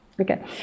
Okay